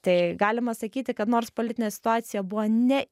tai galima sakyti kad nors politinė situacija buvo ne